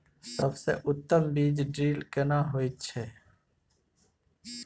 सबसे उत्तम बीज ड्रिल केना होए छै?